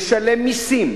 ישלם מסים,